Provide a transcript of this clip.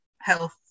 health